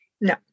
No